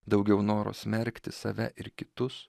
daugiau noro smerkti save ir kitus